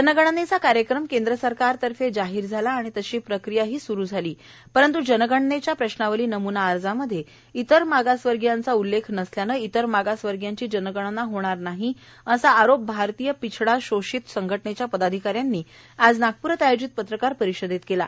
जनगणनेचा कार्यक्रम केंद्र सरकारदवारे जाहीर झाला आणि तशी प्रक्रिया सुरू झाली परंतु जनगणनेच्या प्रश्नावली नमूना अर्जामध्ये इतर मागासवर्गीयांच्या उल्लेख नसल्याने इतर मागासवर्गीयांची जनगणना होणार नाही असा आरोप भारतीय पिछडा शोषित संघटनेच्या पदाधिका यांनी आज नागपूर येथील पत्रकार परिषदेत केला